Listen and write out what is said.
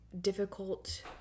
difficult